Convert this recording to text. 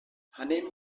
anem